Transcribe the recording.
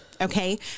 okay